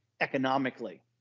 economically